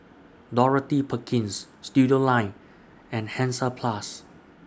Dorothy Perkins Studioline and Hansaplast